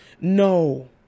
No